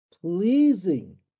pleasing